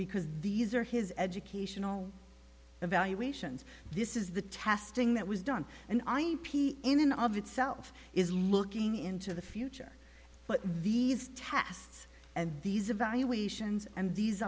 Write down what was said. because these are his educational evaluations this is the testing that was done and i p n n of itself is looking into the future but these tests and these evaluations and these